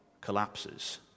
collapses